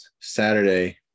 Saturday